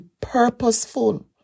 purposeful